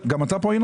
הוא דיון בלבד